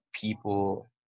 people